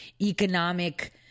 economic